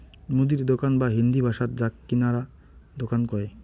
মুদির দোকান বা হিন্দি ভাষাত যাক কিরানা দুকান কয়